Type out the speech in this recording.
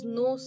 no